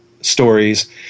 stories